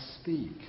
speak